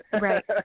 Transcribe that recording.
Right